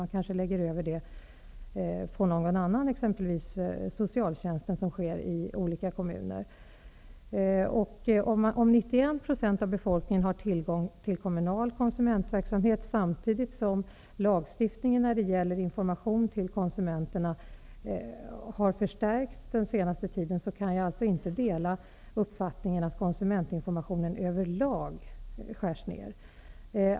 Man kanske lägger över detta på någon annan, t.ex. socialtjänsten, vilket sker i olika kommuner. Om 91 % av befolkningen har tillgång till kommunal konsumentverksamhet samtidigt som lagstiftningen när det gäller information till konsumenterna har förstärkts under den senaste tiden, kan jag inte dela uppfattningen att konsumentinformationen över lag skärs ned.